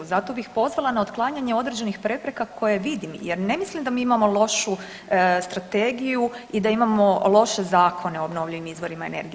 Zato bih pozvala na otklanjanje određenih prepreka koje vidim jer ne mislim da mi imamo lošu strategiju i da imamo loše zakone o obnovljivim izvorima energije.